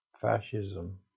fascism